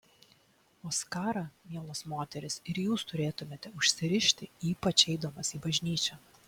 o skarą mielos moterys ir jūs turėtumėte užsirišti ypač eidamos į bažnyčią